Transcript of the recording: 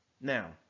now